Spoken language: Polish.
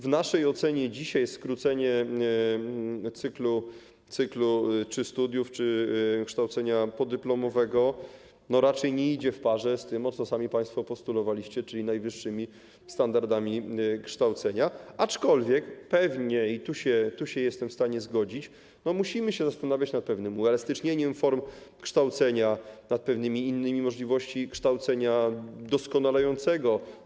W naszej ocenie dzisiaj skrócenie cyklu czy studiów, czy kształcenia podyplomowego raczej nie idzie w parze z tym, o co sami państwo postulowaliście, czyli z najwyższymi standardami kształcenia, aczkolwiek pewnie - tu jestem w stanie się zgodzić - musimy zastanawiać się nad pewnym uelastycznieniem form kształcenia, nad pewnymi innymi możliwościami kształcenia doskonalącego.